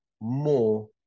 more